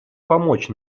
помочь